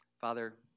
Father